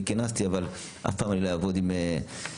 אבל אף פעם אני לא אעבוד עם אקדח